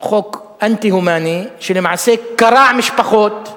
חוק אנטי-הומני שלמעשה קרע משפחות,